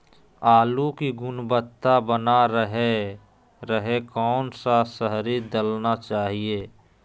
आलू की गुनबता बना रहे रहे कौन सा शहरी दलना चाये?